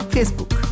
Facebook